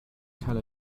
tell